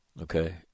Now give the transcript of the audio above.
Okay